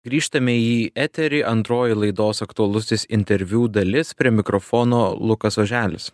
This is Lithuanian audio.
grįžtame į eterį antroji laidos aktualusis interviu dalis prie mikrofono lukas oželis